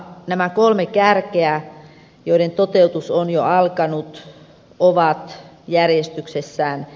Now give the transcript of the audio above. nämä kolme kärkeä joiden toteutus on jo alkanut ovat järjestyksessään